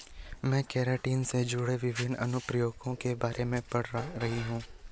मैं केराटिन से जुड़े विभिन्न अनुप्रयोगों के बारे में पढ़ रही हूं